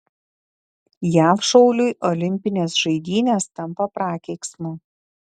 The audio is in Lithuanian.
jav šauliui olimpinės žaidynės tampa prakeiksmu